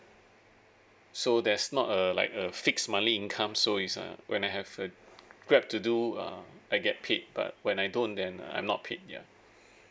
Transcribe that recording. so there's not uh a like a fix monthly income so is uh when I have a grab to do um I get paid but when I don't then uh I'm not paid yeah